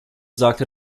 sagte